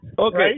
okay